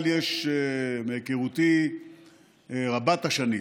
מהיכרותי רבת-השנים,